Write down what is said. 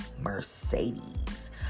Mercedes